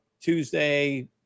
Tuesday